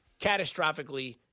catastrophically